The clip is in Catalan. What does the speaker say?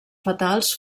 fatals